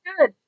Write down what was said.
good